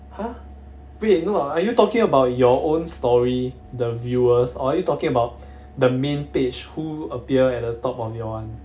!huh! wait no are you talking about your own story the viewers or are you talking about the main page who appear at the top of your one